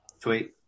tweet